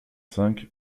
cinq